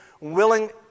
willing